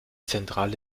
zentrale